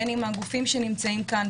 בין אם על ידי הגופים שנמצאים כאן,